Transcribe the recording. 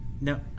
No